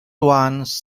once